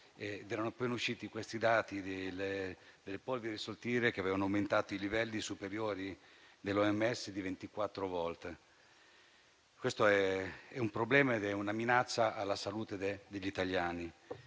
erano appena usciti i dati sulle polveri sottili, che avevano visto aumentati i livelli superiori dell'OMS di 24 volte. Questo è un problema, nonché una minaccia alla salute degli italiani.